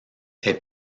est